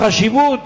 החשיבות